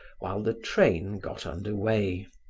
while the train got under way.